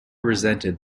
resented